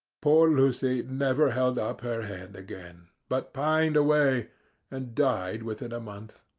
poor lucy never held up her head again, but pined away and died within a month.